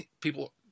people